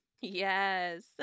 Yes